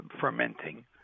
fermenting